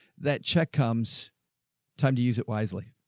that check comes time to use it wisely.